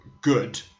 good